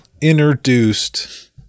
introduced